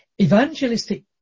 evangelistic